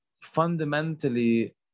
fundamentally